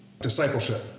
Discipleship